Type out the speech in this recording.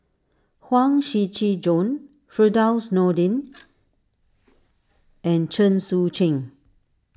Huang Shiqi Joan Firdaus Nordin and Chen Sucheng